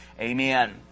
Amen